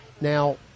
now